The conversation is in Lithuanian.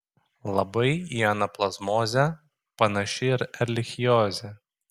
labai į anaplazmozę panaši ir erlichiozė